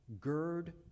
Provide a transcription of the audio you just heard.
gird